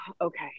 okay